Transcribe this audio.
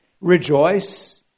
rejoice